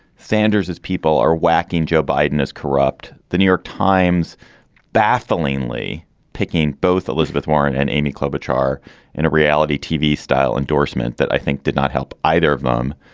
sanders as people are whacking joe biden as corrupt. the new york times bafflingly picking both elizabeth warren and amy klobuchar in a reality tv style endorsement that i think did not help either of them.